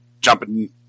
jumping